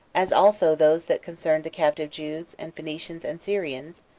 as also those that concerned the captive jews, and phoenicians, and syrians,